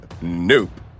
Nope